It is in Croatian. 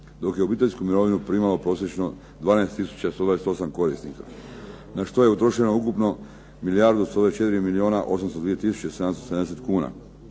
dok je obiteljsku mirovinu primalo prosječno 12 tisuća 128 korisnika na što je utrošeno ukupno milijardu